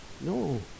No